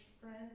friend